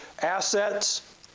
assets